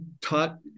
taught